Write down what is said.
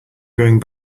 going